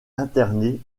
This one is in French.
interné